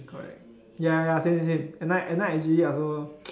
correct ya ya ya same same same at night at night actually I also